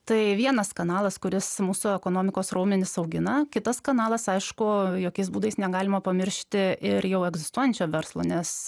tai vienas kanalas kuris mūsų ekonomikos raumenis augina kitas kanalas aišku jokiais būdais negalima pamiršti ir jau egzistuojančio verslo nes